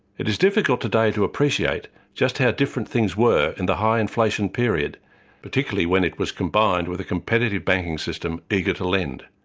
it is difficult today to appreciate just how different things were in the high inflation period particularly when it was combined with a competitive banking system eager to land.